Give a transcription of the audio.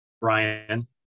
Brian